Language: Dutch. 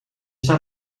staat